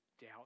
doubt